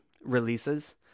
releases